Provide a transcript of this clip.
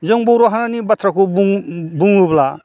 जों बर' हारिनि बाथ्राखौ बुङोब्ला